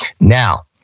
Now